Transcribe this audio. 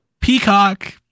Peacock